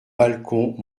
balcons